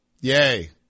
Yay